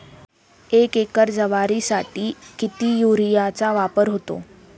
एक एकर ज्वारीसाठी किती युरियाचा वापर होतो?